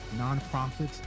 nonprofits